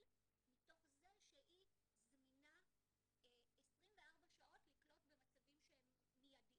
מתוך זה שהיא זמינה 24 שעות לקלוט במצבים שהם מידיים.